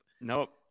nope